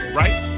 right